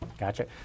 Gotcha